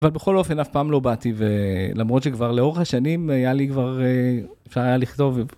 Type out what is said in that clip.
אבל בכל אופן אף פעם לא באתי ולמרות שכבר לאורך השנים היה לי כבר אפשר היה לכתוב.